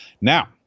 Now